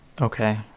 okay